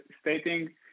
stating